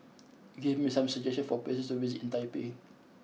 give me some suggestions for places to visit in Taipei